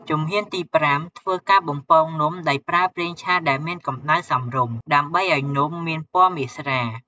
ជំហានទី ៥ ធ្វើការបំពងនំដោយប្រើប្រេងឆាដែលមានកំដៅសមរម្យ ដើម្បីឲ្យនំមានពណ៌មាសស្រាល។